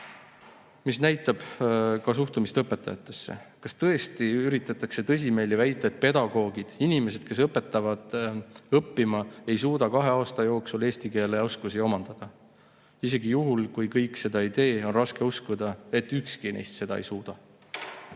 mis näitab ka suhtumist õpetajatesse. Kas tõesti üritatakse tõsimeeli väita, et pedagoogid, inimesed, kes õpetavad õppima, ei suuda kahe aasta jooksul eesti keeles [õpetamise] oskust omandada? Isegi juhul, kui kõik seda ei tee, on raske uskuda, et ükski neist seda ei suuda.